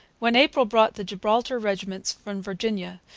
when april brought the gibraltar regiments from virginia,